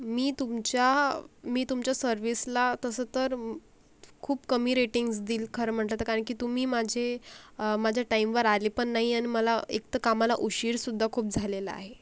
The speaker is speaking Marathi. मी तुमच्या मी तुमच्या सर्विसला तसं तर खूप कमी रेटिंग्स देईल खरं म्हटलं तर कारण की तुम्ही माझे माझ्या टाईमवर आले पण नाही आणि मला एक तर कामाला उशीरसुद्धा खूप झालेला आहे